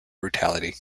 brutality